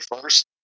first